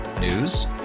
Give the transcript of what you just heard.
News